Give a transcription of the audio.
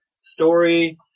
story